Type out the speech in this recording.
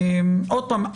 עוד פעם,